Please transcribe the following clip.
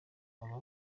aba